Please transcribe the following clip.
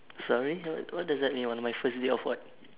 sorry what what does that mean on my first day of what